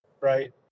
Right